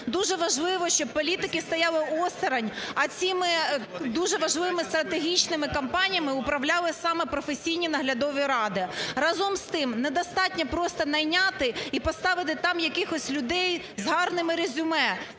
Дуже важливо, щоб політики стояли осторонь, а цими дуже важливими стратегічними компаніями управляли саме професійні наглядові ради. Разом з тим недостатньо просто найняти і поставити там якихось людей з гарними резюме.